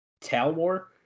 Talwar